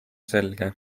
selge